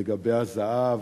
לגבי הזהב,